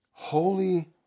holy